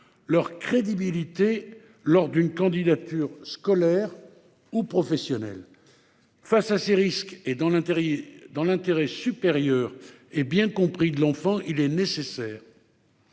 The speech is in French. leur crédibilité lors d'une candidature scolaire ou professionnelle. Face à ces risques et dans l'intérêt supérieur et bien compris de l'enfant, il est nécessaire